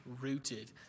rooted